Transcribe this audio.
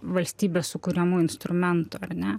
valstybės sukuriamų instrumentų ar ne